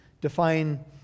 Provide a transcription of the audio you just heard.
define